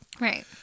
Right